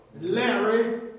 Larry